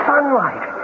Sunlight